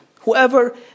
whoever